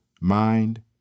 mind